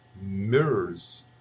mirrors